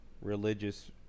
religious